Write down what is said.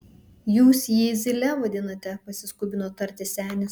jūs jį zyle vadinate pasiskubino tarti senis